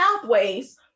pathways